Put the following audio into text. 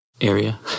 area